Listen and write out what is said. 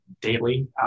daily